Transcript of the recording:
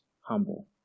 Humble